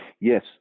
Yes